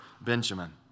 Benjamin